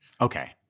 okay